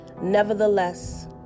nevertheless